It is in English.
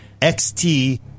XT